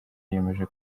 yemeza